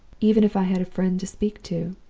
even if i had a friend to speak to.